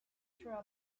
through